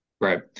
Right